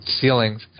ceilings